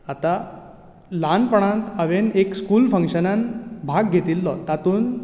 आतां ल्हानपणांत हांवें एक स्कूल फंक्शनांत भाग घेतिल्लो तातूंत